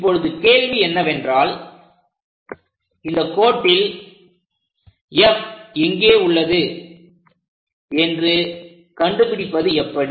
இப்போது கேள்வி என்னவென்றால் இந்த கோட்டில் F எங்கே உள்ளது என்று கண்டுபிடிப்பது எப்படி